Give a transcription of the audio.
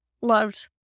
loved